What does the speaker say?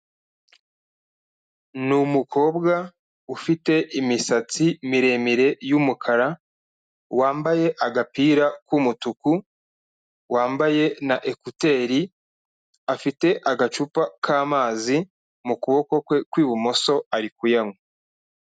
Ni umukobwa ufite imisatsi miremire y'umukara, wambaye agapira k'umutuku, wambaye na ekuteri, afite agacupa k'amazi mu kuboko kwe kw'ibumoso ari kuyanywa.